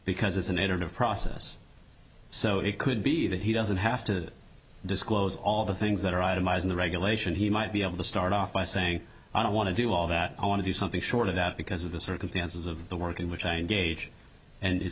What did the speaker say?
because it's an iterative process so it could be that he doesn't have to disclose all the things that are itemized the regulation he might be able to start off by saying i don't want to do all that i want to do something short of that because of the circumstances of the work in which i engage and it